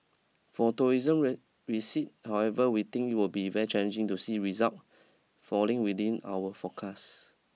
for tourism receipt however we think it would be very challenging to see result falling within our forecast